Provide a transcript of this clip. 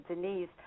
Denise